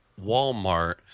Walmart